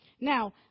Now